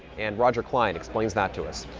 and roger klein explains that to us.